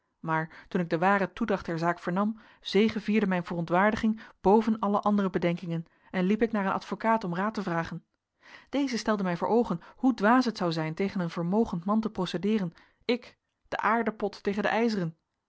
maar toen ik de ware toedracht der zaak vernam zegevierde mijn verontwaardiging boven alle andere bedenkingen en liep ik naar een advocaat om raad te vragen deze stelde mij voor oogen hoe dwaas het zou zijn tegen een vermogend man te procedeeren ik de aarden pot tegen den ijzeren